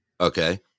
Okay